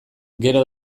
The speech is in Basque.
gero